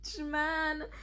man